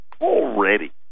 already